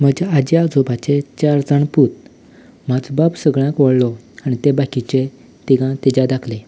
म्हज्या आज्या आजोबाचे चार जाण पूत म्हजो बाब सगळ्यांत व्हडलो आनी ते बाकीचे तिगां ताच्या धाकले